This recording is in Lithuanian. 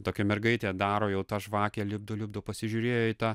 tokia mergaitė daro jau tą žvakę lipdo lipdo pasižiūrėjo į tą